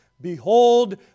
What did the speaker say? Behold